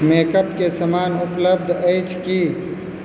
makeup के समान उपलब्ध अछि की